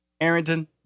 Arrington